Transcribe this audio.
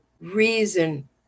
reason